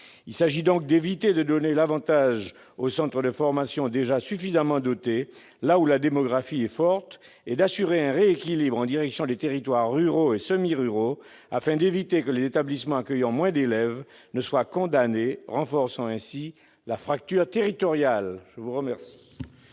Il s'agit d'éviter de donner l'avantage aux centres de formation déjà suffisamment dotés, là où la démographie est forte, et d'assurer un rééquilibrage en direction des territoires ruraux et semi-ruraux, afin d'éviter que les établissements accueillant moins d'élèves ne soient condamnés, renforçant ainsi la fracture territoriale. L'amendement